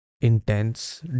intense